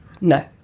No